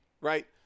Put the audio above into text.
Right